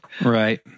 Right